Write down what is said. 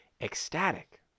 ecstatic